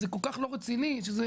זה כל כך לא רציני שזה,